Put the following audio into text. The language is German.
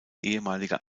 ehemaliger